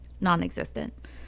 non-existent